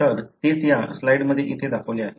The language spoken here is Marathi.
तर तेच या स्लाइडमध्ये इथे दाखवले आहे